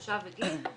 תושב וגיל,